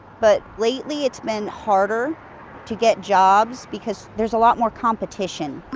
but lately it's been harder to get jobs because there's a lot more competition.